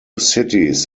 cities